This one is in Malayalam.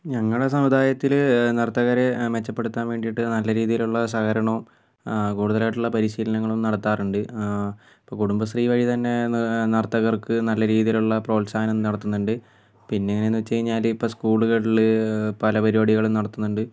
ഞങ്ങളുടെ സമുദായത്തിൽ നർത്തകരെ മെച്ചപ്പെടുത്താൻ വേണ്ടിയിട്ട് നല്ല രീതിയിലുള്ള സഹകരണവും കൂടുതലായിട്ടുള്ള പരിശീലനങ്ങളും നടത്താറുണ്ട് അപ്പോൾ കുടുംബശ്രീ വഴി തന്നെ നർത്തകർക്ക് നല്ല രീതിയിലുള്ള പ്രോത്സാഹനം നടത്തുന്നുണ്ട് പിന്നെ എങ്ങനെയെന്ന് വെച്ചു കഴിഞ്ഞാൽ ഇപ്പം സ്കൂളുകളിൽ പല പരിപാടികളും നടത്തുന്നുണ്ട്